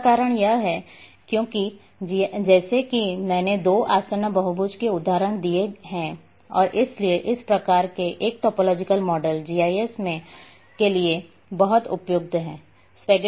इसका कारण यह है क्योंकि जैसा कि मैंने दो आसन्न बहुभुजों के उदाहरण दिए हैं और इसलिए इस प्रकार के एक टोपोलॉजिकल मॉडल जीआईएस के लिए बहुत उपयुक्त हैं